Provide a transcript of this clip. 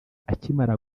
akimara